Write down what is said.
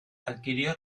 adquirió